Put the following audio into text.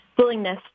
willingness